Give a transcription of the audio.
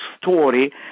story